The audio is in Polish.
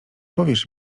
powiesz